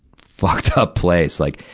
fucked up place. like,